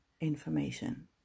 information